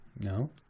No